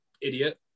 idiot